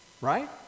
right